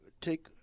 take